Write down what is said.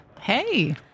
Hey